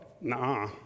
nah